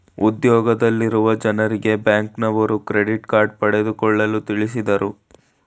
ಉದ್ಯೋಗದಲ್ಲಿರುವ ಜನರಿಗೆ ಬ್ಯಾಂಕ್ನವರು ಕ್ರೆಡಿಟ್ ಕಾರ್ಡ್ ಪಡೆದುಕೊಳ್ಳಲು ತಿಳಿಸಿದರು